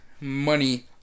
money